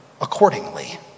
accordingly